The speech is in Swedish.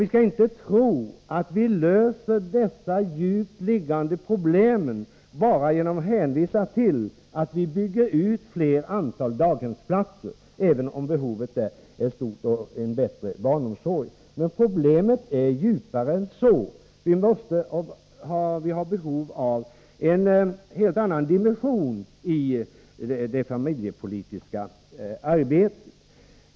Vi skall inte tro att vi löser dessa djupt liggande problem bara genom att hänvisa till att vi bygger fler daghemsplatser, även om behovet av sådana är stort. Problemet är djupare än så. Vi måste räkna med en helt annan dimension i det familjepolitiska arbetet.